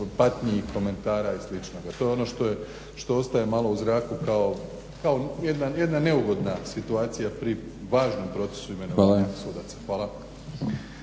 patnji, i komentara i sličnoga. To je ono što ostaje malo u zraku kao jedna neugodna situacija pri važnom procesu imenovanju sudaca. Hvala.